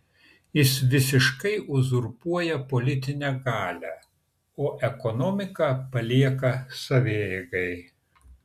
jis visiškai uzurpuoja politinę galią o ekonomiką palieka savieigai